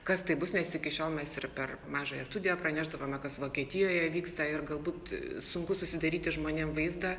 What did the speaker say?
kas tai bus nes iki šiol mes ir per mažąją studiją pranešdavome kas vokietijoje vyksta ir galbūt sunku susidaryti žmonėm vaizdą